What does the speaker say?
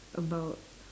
about